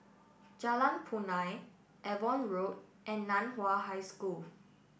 Jalan Punai Avon Road and Nan Hua High School